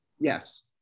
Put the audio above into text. Yes